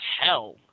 hell